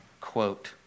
quote